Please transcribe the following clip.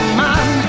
man